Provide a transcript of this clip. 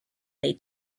they